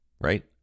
right